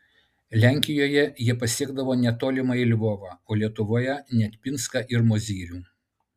lenkijoje jie pasiekdavo net tolimąjį lvovą o lietuvoje net pinską ir mozyrių